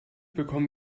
bekommen